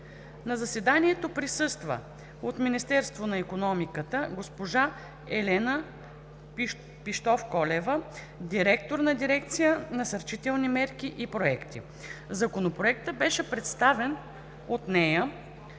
На заседанието присъства от Министерство на икономиката госпожа Елена Пищовколева – директор на дирекция ,,Насърчителни мерки и проекти“. Законопроектът беше представен от